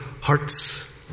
hearts